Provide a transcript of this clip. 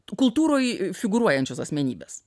kultūroje figūruojančios asmenybės